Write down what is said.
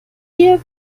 wir